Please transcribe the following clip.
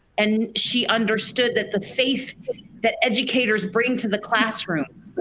and she understood that the faith that educators bring to the classroom,